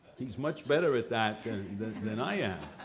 he is much better at that and that than i am.